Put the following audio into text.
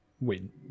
win